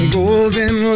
golden